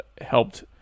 helped